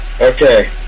Okay